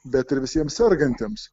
bet ir visiems sergantiems